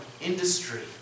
industry